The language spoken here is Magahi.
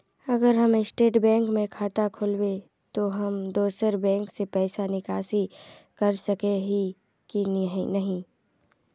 अगर हम स्टेट बैंक में खाता खोलबे तो हम दोसर बैंक से पैसा निकासी कर सके ही की नहीं?